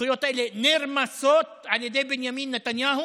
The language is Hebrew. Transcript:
הזכויות האלה נרמסות על ידי בנימין נתניהו,